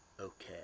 okay